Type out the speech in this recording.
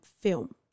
film